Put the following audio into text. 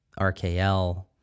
RKL